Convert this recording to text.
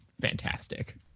fantastic